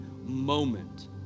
moment